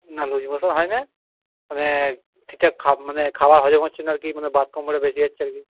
না লুচি হয় না মানে ঠিকঠাক মানে খাবার হজম হচ্ছে না আর কি মানে বাতকর্মটা বেশি হচ্ছে আর কি